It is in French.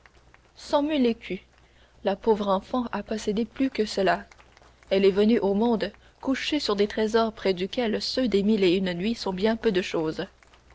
cent mille écus la pauvre enfant a possédé plus que cela elle est venue au monde couchée sur des trésors près desquels ceux des mille et une nuits sont bien peu de chose